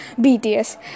BTS